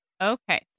Okay